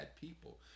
people